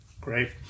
Great